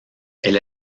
elle